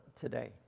today